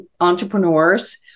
entrepreneurs